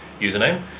username